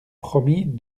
promit